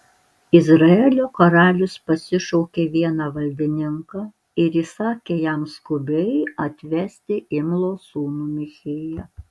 izraelio karalius pasišaukė vieną valdininką ir įsakė jam skubiai atvesti imlos sūnų michėją